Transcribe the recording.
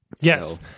Yes